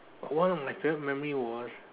one of my favourite memory was